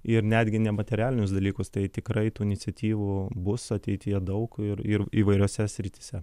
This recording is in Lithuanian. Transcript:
ir netgi nematerialinius dalykus tai tikrai tų iniciatyvų bus ateityje daug ir ir įvairiose srityse